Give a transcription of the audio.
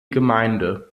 gemeinde